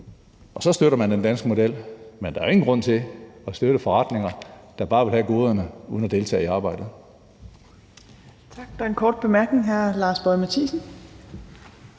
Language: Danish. og så støtter man den danske model. Men der er ingen grund til at støtte forretninger, der bare vil have goderne uden at deltage i arbejdet.